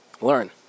Learn